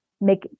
make